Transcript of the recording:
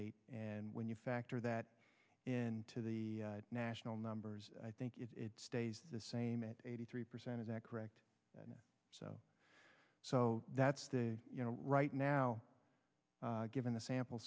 eight and when you factor that into the national numbers i think it stays the same at eighty three percent is that correct so that's the you know right now given the sample